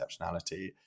exceptionality